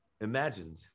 imagined